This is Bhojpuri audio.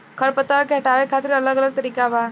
खर पतवार के हटावे खातिर अलग अलग तरीका बा